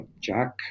jack